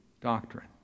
doctrine